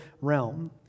realm